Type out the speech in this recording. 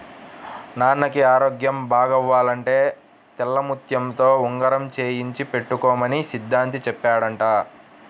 నాన్నకి ఆరోగ్యం బాగవ్వాలంటే తెల్లముత్యంతో ఉంగరం చేయించి పెట్టుకోమని సిద్ధాంతి చెప్పాడంట